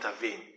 intervene